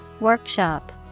Workshop